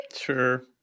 Sure